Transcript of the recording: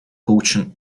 coaching